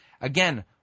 again